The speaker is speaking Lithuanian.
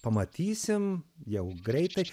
pamatysim jau greitai